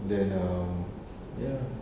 then um ya